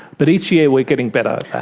but each year we are getting better at that.